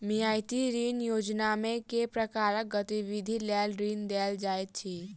मियादी ऋण योजनामे केँ प्रकारक गतिविधि लेल ऋण देल जाइत अछि